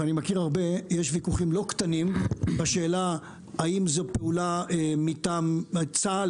ואני מכיר הרבה יש ויכוחים לא קטנים בשאלה האם זו פעולה מטעם צה"ל,